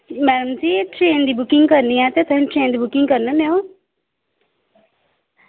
माम जी एह् ट्रेन दी बुकिंग करनी ऐ ते तुस ट्रेन दी बुकिंग करी लैने ओ जी